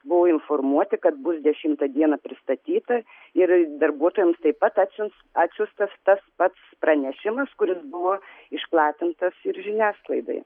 buvo informuoti kad bus dešimtą dieną pristatyta ir darbuotojams taip pat atsiuns atsiųstas tas pats pranešimas kuris buvo išplatintas ir žiniasklaidai